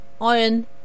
Iron